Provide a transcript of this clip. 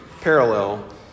parallel